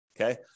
okay